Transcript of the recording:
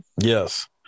Yes